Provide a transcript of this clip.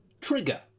Trigger